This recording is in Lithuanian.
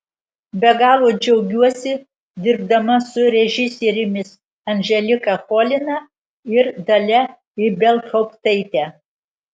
be galo džiaugiuosi dirbdama su režisierėmis anželika cholina ir dalia ibelhauptaite